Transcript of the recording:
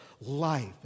life